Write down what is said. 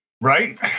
Right